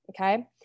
Okay